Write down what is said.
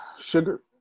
sugar